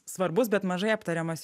svarbus bet mažai aptariamas